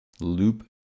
loop